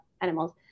animals